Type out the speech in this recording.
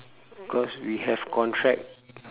cause we have contract